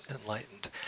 enlightened